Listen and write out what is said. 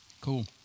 Cool